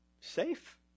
safe